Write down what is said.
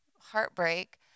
heartbreak